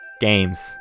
games